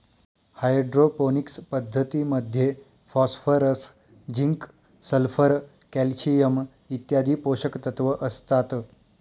hydroponics पद्धतीमध्ये phosphorus, zinc, sulphur, calcium इत्यादी पोषकतत्व असतात